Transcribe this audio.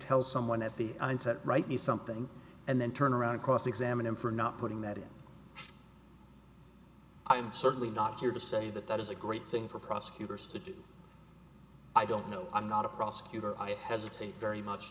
tell someone at the onset write me something and then turn around to cross examine him for not putting that in i'm certainly not here to say that that is a great thing for prosecutors to do i don't know i'm not a prosecutor i hesitate very much